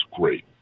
great